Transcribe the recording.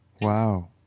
Wow